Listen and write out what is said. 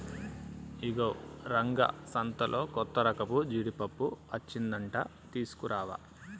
ఇగో రంగా సంతలో కొత్తరకపు జీడిపప్పు అచ్చిందంట తీసుకురావా